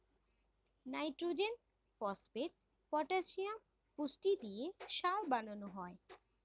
nitrogen, phosphate, potassium পুষ্টি দিয়ে সার বানানো হয়